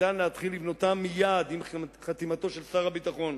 אפשר להתחיל לבנותן מייד עם חתימתו של שר הביטחון,